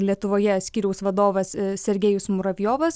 lietuvoje skyriaus vadovas sergėjus muravjovas